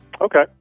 Okay